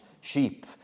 sheep